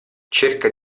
cerca